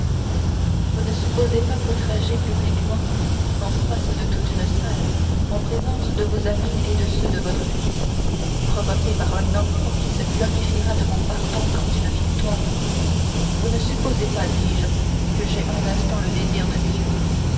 vous ne supposez pas qu'outragé publiquement en face de toute une salle en présence de vos amis et de ceux de votre fils provoqué par un enfant qui se glorifiera de mon pardon comme d'une victoire vous ne supposez pas dis-je que j'aie un instant le désir de vivre